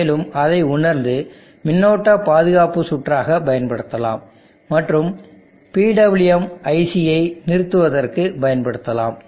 மேலும் அதை உணர்ந்து மின்னோட்ட பாதுகாப்பு சுற்றாக பயன்படுத்தலாம் மற்றும் PWM IC ஐ நிறுத்துவதற்கு பயன்படுத்தலாம்